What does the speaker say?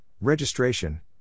Registration